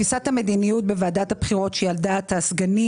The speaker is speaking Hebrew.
תפיסת המדיניות בוועדת הבחירות שהיא על דעת הסגנים